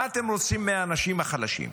מה אתם רוצים מהאנשים החלשים?